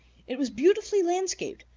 it was beautifully landscaped,